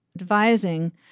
advising